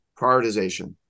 prioritization